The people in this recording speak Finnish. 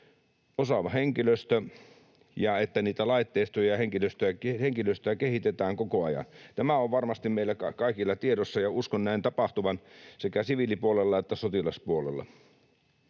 osaava henkilöstö ja että niitä laitteistoja ja henkilöstöä kehitetään koko ajan. Tämä on varmasti meillä kaikilla tiedossa, ja uskon näin tapahtuvan sekä siviilipuolella että sotilaspuolella.